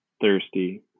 thirsty